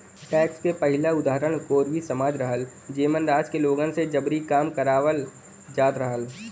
tax क पहिला उदाहरण कोरवी समाज रहल जेमन राज्य के लोगन से जबरी काम करावल जात रहल